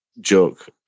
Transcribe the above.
joke